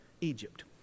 Egypt